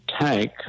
tank